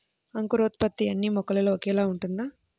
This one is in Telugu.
అంకురోత్పత్తి అన్నీ మొక్కలో ఒకేలా ఉంటుందా?